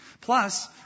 Plus